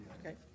Okay